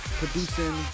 producing